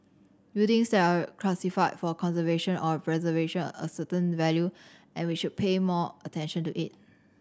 buildings that are classified for conservation or preservation a certain value and we should pay more attention to it